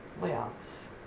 lives